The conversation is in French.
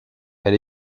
elle